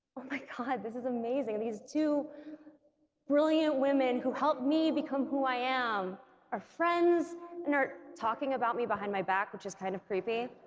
oh my god, this is amazing these two brilliant women who helped me become who i am are friends and are talking about me behind my back, which is kind of creepy,